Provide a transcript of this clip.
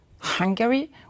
Hungary